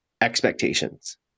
expectations